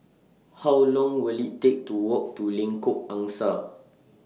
How Long Will IT Take to Walk to Lengkok Angsa